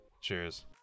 Cheers